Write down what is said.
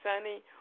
sunny